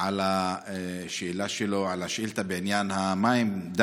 על השאילתה שלו בעניין המים.